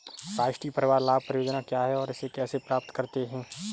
राष्ट्रीय परिवार लाभ परियोजना क्या है और इसे कैसे प्राप्त करते हैं?